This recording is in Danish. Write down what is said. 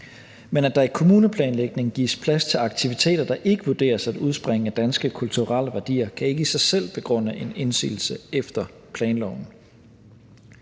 Men at der i kommuneplanlægningen gives plads til aktiviteter, der ikke vurderes at udspringe af danske kulturelle værdier, kan ikke i sig selv begrunde en indsigelse efter planloven.